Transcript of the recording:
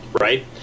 Right